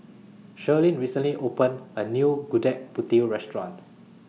Shirlene recently opened A New Gudeg Putih Restaurant